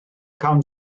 cawn